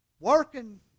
working